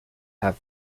have